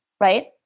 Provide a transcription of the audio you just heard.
right